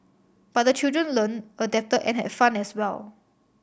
but the children learnt adapted and had fun as well